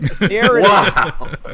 wow